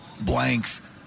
blanks